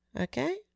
Okay